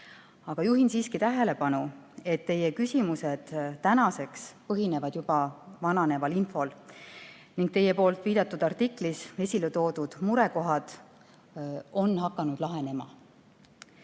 Aga juhin siiski tähelepanu, et teie küsimused põhinevad tänaseks juba vananeval infol ning teie viidatud artiklis esile toodud murekohad on hakanud lahenema. Kuuldused